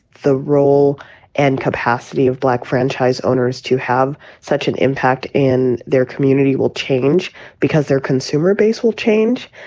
the role and capacity of black franchise owners to have such an impact in their community will change because their consumer base will change.